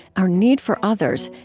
our need for others,